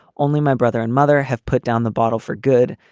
only my brother and mother have put down the bottle for good,